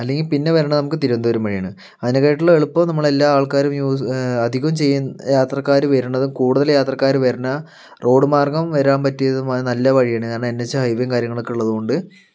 അല്ലെങ്കിൽ പിന്നെ വരണത് നമുക്ക് തിരുവനന്തപുരം വഴി ആണ് അതിനേക്കാട്ടിളും എളുപ്പം നമ്മളെല്ലാ ആൾക്കാരും യൂസ് അധികവും ചെയ്യു യാത്രക്കാര് വരണത് കൂടുതല് യാത്രക്കാര് വരുന്ന റോഡ് മാർഗം വരാൻ പറ്റിയതുമായ നല്ല വഴിയാണ് കാരണം എൻ എച്ച് ഹൈവേയും കാര്യങ്ങളൊക്കെ ഉള്ളതുകൊണ്ട്